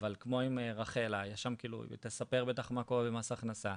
אבל כמו עם רחלה, היא תספר בטח מה קורה במס הכנסה,